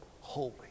holy